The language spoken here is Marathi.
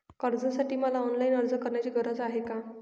कर्जासाठी मला ऑनलाईन अर्ज करण्याची गरज आहे का?